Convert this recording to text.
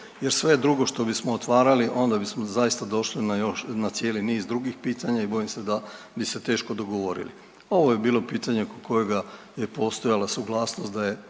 jer sve drugo što bismo otvarali onda bismo zaista došli na još, na cijeli niz drugih pitanja i bojim se da bi se teško dogovorili. Ovo je bilo pitanje oko kojega je postojala suglasnost da je